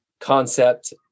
concept